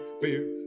beer